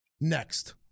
next